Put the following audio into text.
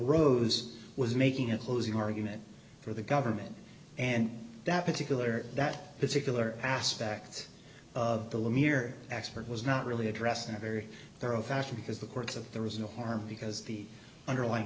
rose was making a closing argument for the government and that particular that particular aspect of the limb here expert was not really addressed in a very narrow fashion because the courts of there was no harm because the underlying